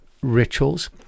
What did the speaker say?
rituals